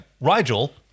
Rigel